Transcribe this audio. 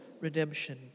redemption